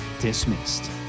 dismissed